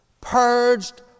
purged